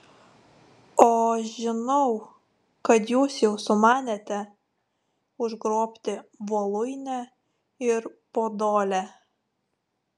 o žinau kad jūs jau sumanėte užgrobti voluinę ir podolę